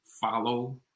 follow